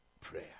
prayer